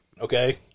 Okay